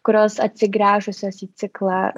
kurios atsigręžusios į ciklą